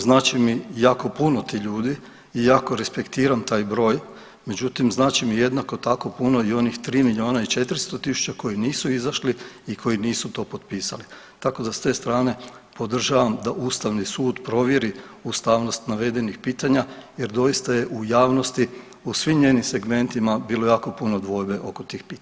Znače mi jako puno ti ljudi i jako respektiram taj broj, međutim znači mi jednako tako puno i onih 3 milijuna i 400 tisuća koji nisu izašli i koji nisu to potpisali, tako da s te strane podržavam da ustavni sud provjeri ustavnost navedenih pitanja jer doista je u javnosti u svim njenim segmentima bilo jako puno dvojbe oko tih pitanja.